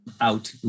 out